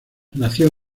nació